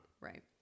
right